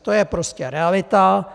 To je prostě realita.